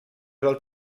del